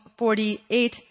48